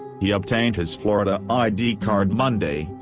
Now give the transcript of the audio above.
he obtained his florida id card monday,